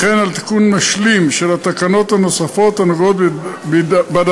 וכן על תיקון משלים של התקנות הנוספות הנוגעות בדבר.